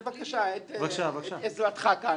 בבקשה את עזרתך כאן.